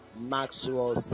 Maxwell